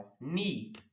knee